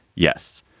yes,